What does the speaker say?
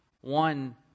One